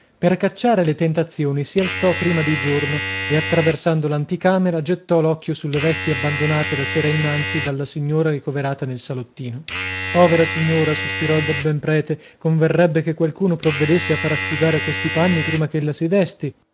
per cacciare le tentazioni si alzò prima di giorno e attraversando l'anticamera gettò l'occhio sulle vesti abbandonate la sera innanzi dalla signora ricoverata nel salottino povera signora sospirò il dabben prete converrebbe che qualcuno provvedesse a far asciugare questi panni prima ch'ella si desti